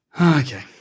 Okay